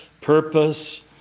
purpose